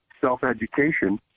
self-education